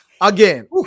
Again